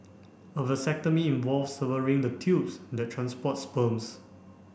a vasectomy involves severing the tubes that transport sperms